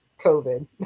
covid